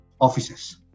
offices